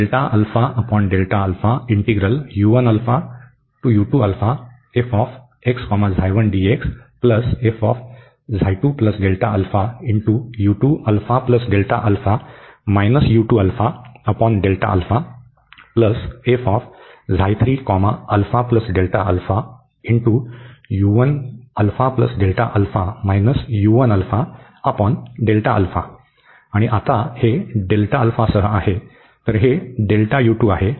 आणि आता हे Δα सह आहे तर हे आहे